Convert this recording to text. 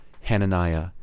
Hananiah